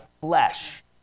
flesh